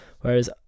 whereas